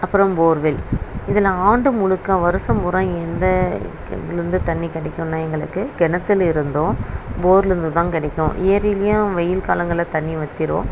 அப்பறம் போர்வெல் இதில் ஆண்டு முழுக்க வருஷம் பூரா எந்த எதுலந்து தண்ணி கிடைக்குன்னா எங்களுக்கு கிணத்திலிருந்தும் போர்லேந்தும் தான் கிடைக்கும் ஏரிலியும் வெயில் காலங்களில் தண்ணி வற்றிரும்